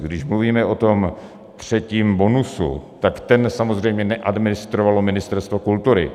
Když mluvíme o tom třetím bonusu, tak ten samozřejmě neadministrovalo Ministerstvo kultury.